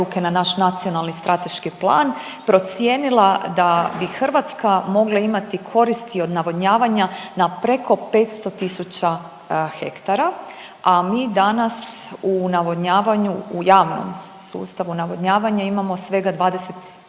na naš Nacionalni strateški plan procijenila da bi Hrvatska mogla imati koristi od navodnjavanja na preko 500 000 ha, a mi danas u navodnjavanju, u javnom sustavu navodnjavanja imamo svega 21